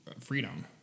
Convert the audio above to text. freedom